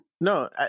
no